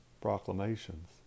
proclamations